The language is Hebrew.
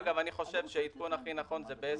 אגב, אני חושב שהעדכון הכי נכון הוא ב-SMS.